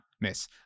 Miss